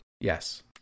Yes